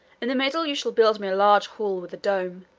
in the middle you shall build me a large hall with a dome,